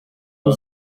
uko